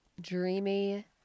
dreamy